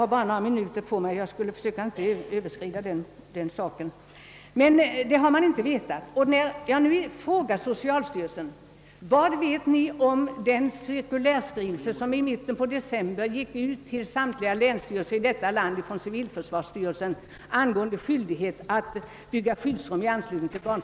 När jag frågade socialstyrelsen vad man där visste om den cirkulärskrivelse från civilförsvarsstyrelsen angående skyldighet att bygga skyddsrum i anslutning till barnstugor, som i mitten av december gick ut till samtliga länsstyrelser i detta land, fick jag klart besked: man visste ingenting.